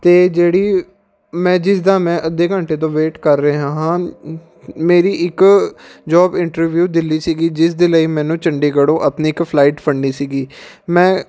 ਅਤੇ ਜਿਹੜੀ ਮੈਂ ਜਿਸ ਦਾ ਮੈਂ ਅੱਧੇ ਘੰਟੇ ਤੋਂ ਵੇਟ ਕਰ ਰਿਹਾ ਹਾਂ ਮੇਰੀ ਇੱਕ ਜੋਬ ਇੰਟਰਵਿਊ ਦਿੱਲੀ ਸੀਗੀ ਜਿਸ ਦੇ ਲਈ ਮੈਨੂੰ ਚੰਡੀਗੜ੍ਹ ਤੋਂ ਆਪਣੀ ਇੱਕ ਫਲਾਈਟ ਫੜਨੀ ਸੀਗੀ ਮੈਂ